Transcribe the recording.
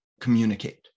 communicate